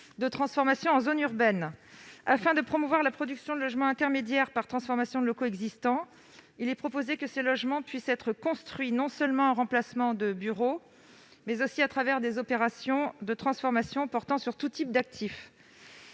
de transformation en zone urbaine. Afin de promouvoir la production de logements intermédiaires par la transformation de locaux existants, nous proposons que ces logements puissent être construits, non seulement en remplacement de bureaux, mais aussi à travers des opérations de transformation portant sur tous types d'actifs.